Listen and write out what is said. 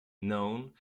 known